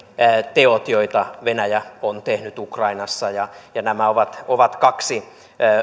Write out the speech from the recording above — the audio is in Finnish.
teot joita venäjä on tehnyt ukrainassa ja ja nämä ovat ovat kaksi